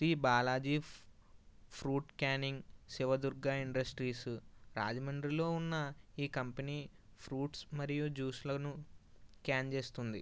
Shri Balaji fruit canning Shivadurga industries రాజమండ్రిలో ఉన్న ఈ కంపెనీ ఫ్రూట్స్ మరియు జ్యూస్లను క్యాన్ చేస్తుంది